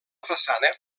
façana